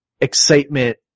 excitement